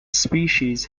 species